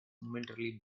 momentarily